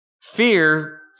Fear